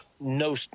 no